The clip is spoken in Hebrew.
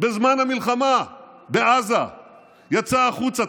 בזמן המלחמה בעזה יצא החוצה,